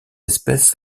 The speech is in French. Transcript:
espèces